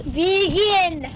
begin